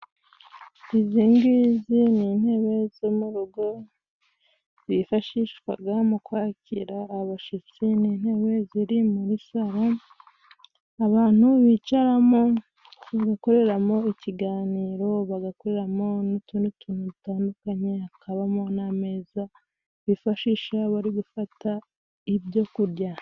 Izingizi ni intebe zo mu rugo, zifashishwa mu ukwakira abashyitsi, ni intebe ziri muri saro abantu bicaramo, bagakoreramo ikiganiro, bagakoreramo n'utundi tuntu dutandukanye, hakabamo n'ameza bifashisha bari gufata ibyo kurya.